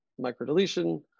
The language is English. microdeletion